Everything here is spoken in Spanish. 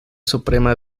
suprema